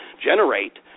generate